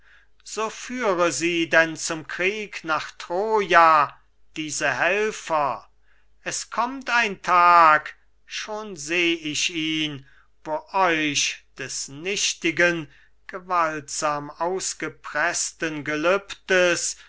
so führe sie denn zum krieg nach troja diese helfer es kommt ein tag schon seh ich ihn wo euch des nichtigen gewaltsam ausgepreßten gelübdes